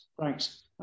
thanks